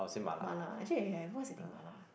mala actually I I what's eating mala